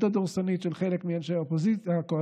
הדורסנית של חלק מאנשי הקואליציה,